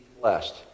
blessed